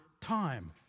time